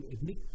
admit